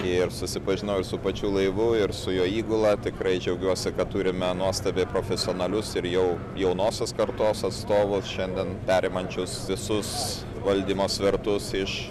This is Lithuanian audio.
ir susipažinau su pačiu laivu ir su jo įgula tikrai džiaugiuosi kad turime nuostabiai profesionalius ir jau jaunosios kartos atstovus šiandien perimančius visus valdymo svertus iš